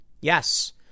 Yes